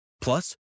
Plus